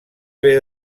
haver